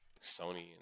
Sony